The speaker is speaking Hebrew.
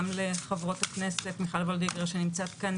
גם לחברות הכנסת מיכל וולדיגר שנמצאת כאן,